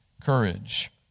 courage